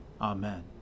Amen